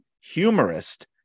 humorist